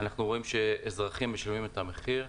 אנחנו רואים שאזרחים משלמים את המחיר.